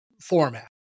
format